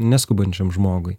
neskubančiam žmogui